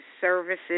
services